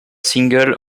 singles